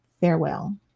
farewell